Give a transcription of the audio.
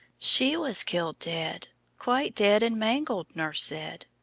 she was killed dead quite dead and mangled, nurse said.